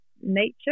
nature